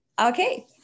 okay